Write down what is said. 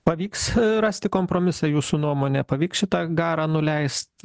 pavyks rasti kompromisą jūsų nuomone pavyks šitą garą nuleist